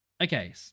okay